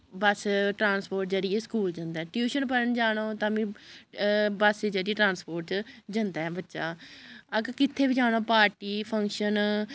बस्स transport जरियै school जंदे न ट्यूशन पढ़न जाना होऐ तां बी बस्स च चढ़ियै ट्रांस्पोर्ट च जंदा ऐ बच्चा अगर कि'त्थै बी जाना पार्टी फंक्शन